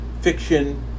fiction